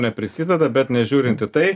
neprisideda bet nežiūrint į tai